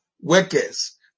workers